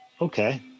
Okay